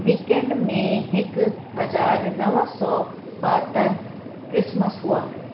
weekend मे हिकु हज़ार नव सौ ॿाहतरि क्रिसमस हुआ